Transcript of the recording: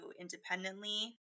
independently